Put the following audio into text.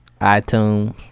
iTunes